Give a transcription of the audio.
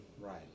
Right